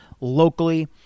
locally